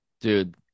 Dude